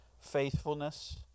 faithfulness